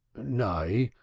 nay,